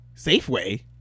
Safeway